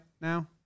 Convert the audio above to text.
now